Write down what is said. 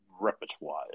repertoire